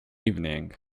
evening